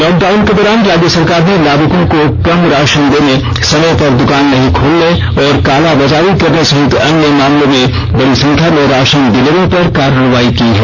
lockdown के दौरान राज्य सरकार ने लाभुकों को कम राषन देने समय पर द्वकान नहीं खोलने और कालाबाजारी करने सहित अन्य मामलों में बड़ी संख्या में राषन डीलरों पर कार्रवाई की है